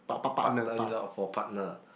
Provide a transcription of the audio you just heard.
partnering for partner